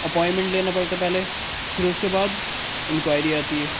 appointment لینا پڑتا ہے پہلے پھر اس کے بعد انکوائری آتی ہے اچھا